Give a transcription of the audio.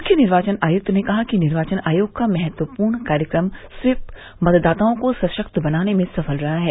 मुख्य निर्वाचन आयक्त ने कहा कि निर्वाचन आयोग का महत्वपूर्ण कार्यक्रम स्वीप मतदाताओं को सशक्त बनाने में सफल रहा है